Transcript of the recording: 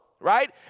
right